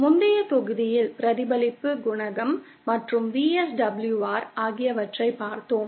முந்தைய தொகுதியில் பிரதிபலிப்பு குணகம் மற்றும் VSWR ஆகியவற்றை பார்த்தோம்